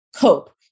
cope